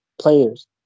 players